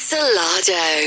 Salado